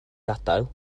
gadael